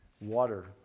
water